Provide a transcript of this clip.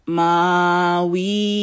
Maui